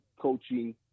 coaching